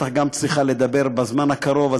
והיא בטח גם צריכה לדבר בזמן הקרוב,